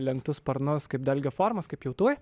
lenktus sparnus kaip dalgio formos kaip pjautuvai